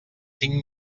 cinc